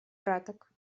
краток